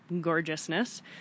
gorgeousness